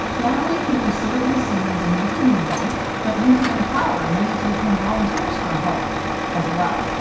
not only can you serve the seniors in your community but you can empower many to become volunteers from home as well.